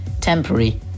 temporary